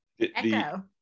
echo